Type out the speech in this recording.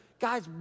Guys